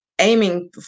aiming